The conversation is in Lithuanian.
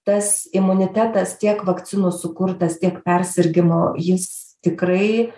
tas imunitetas tiek vakcinų sukurtas tiek persirgimo jis tikrai